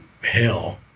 hell